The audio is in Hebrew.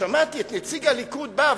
כששמעתי את נציג הליכוד בא,